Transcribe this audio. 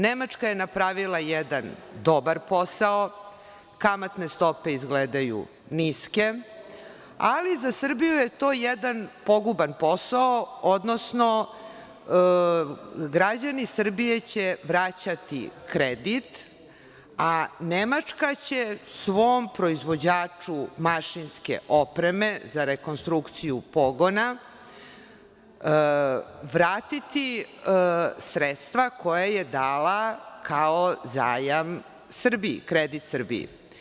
Nemačka je napravila jedan dobar posao, kamatne stope izgledaju niske, ali za Srbiju je to jedan poguban posao, odnosno građani Srbije će vraćati kredit, a Nemačka će svom proizvođaču mašinske opreme za rekonstrukciju pogona vratiti sredstva koja je dala kao zajam Srbiji, krediti Srbiji.